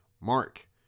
Mark